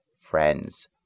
friends